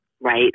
Right